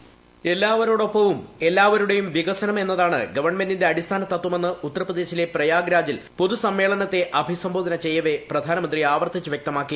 voice എല്ലാവരോടൊപ്പവും എല്ലാവരുടേയും വികസനം എന്നതാണ് ഗവൺമെന്റിന്റെ അടിസ്ഥാന ത്വമെന്ന് ഉത്തർപ്രദേശിലെ പ്രയാഗ്രാജിൽ പൊതുസമ്മേളനത്തെ അഭിസംബോധന ചെയ്യവേ പ്രധാനമന്ത്രി ആവർത്തിച്ചു വ്യക്തമാക്കി